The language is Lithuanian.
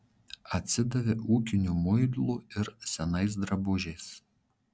atsidavė ūkiniu muilu ir senais drabužiais